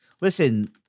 listen